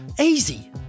Easy